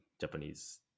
Japanese